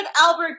Albert